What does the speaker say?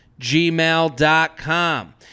gmail.com